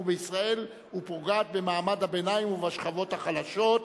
בישראל ופוגעת במעמד הביניים ובשכבות החלשות.